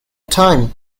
time